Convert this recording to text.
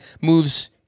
moves